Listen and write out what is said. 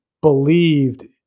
believed